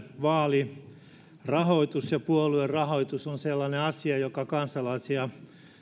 vaalirahoitus ja puoluerahoitus on sellainen asia joka kansalaisia